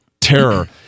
terror